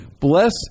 Bless